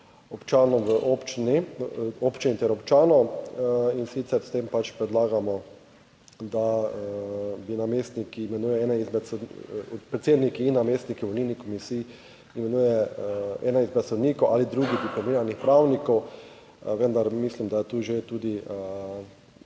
občanov v občini ter občanov, in sicer s tem predlagamo, da bi namestnik, ki imenuje, ena izmed predsedniki in namestniki volilnih komisij, imenuje ena izmed sodnikov ali drugih diplomiranih pravnikov, vendar mislim, da je tu že tudi